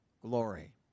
glory